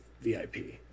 VIP